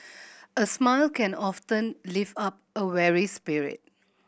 a smile can often lift up a weary spirit